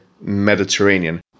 Mediterranean